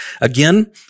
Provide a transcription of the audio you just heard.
Again